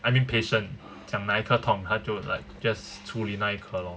I mean patient 讲哪一颗痛他就 like just 处理那一科 lor